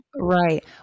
Right